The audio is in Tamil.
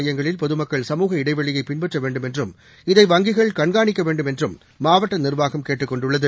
மையங்களில் பொதுமக்கள் சமூக இடைவெளியை பின்பற்ற வேண்டும் என்றும் இதை வங்கிகள் கண்காணிக்க வேண்டும் என்றும் மாவட்ட நிர்வாகம் கேட்டுக் கொண்டுள்ளது